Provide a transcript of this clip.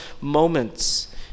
moments